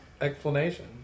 explanation